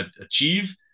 achieve